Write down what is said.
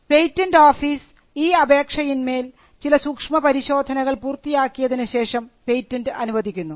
patent office ഈ അപേക്ഷയിന്മേൽ ചില സൂക്ഷ്മ പരിശോധനകൾ പൂർത്തിയാക്കിയതിനു ശേഷം പേറ്റൻറ് അനുവദിക്കുന്നു